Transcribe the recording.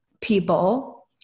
people